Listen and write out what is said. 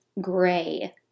gray